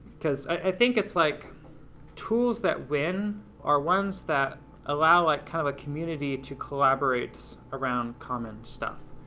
because i think it's like tools that win are ones that allow a kind of community to collaborate around common stuff.